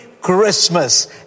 Christmas